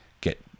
get